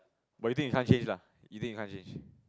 but you think you can't change lah you think you can't change